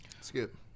skip